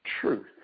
truth